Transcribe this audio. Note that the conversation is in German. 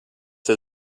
der